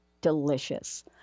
delicious